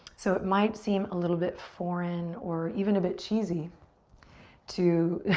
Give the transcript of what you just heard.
so it might seem a little bit foreign or even a bit cheesy to